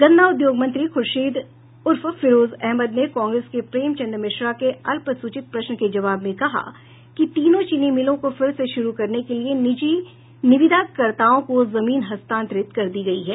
गन्ना उद्योग मंत्री ख़ुर्शीद उर्फ फिरोज अहमद ने कांग्रेस के प्रेमचंद मिश्रा के अल्पसूचित प्रश्न के जवाब में कहा कि तीनों चीनी मिलों को फिर से शुरु करने के लिए निजी निविदाकर्ताओं को जमीन हस्तांतरित कर दी गयी है